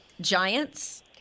Giants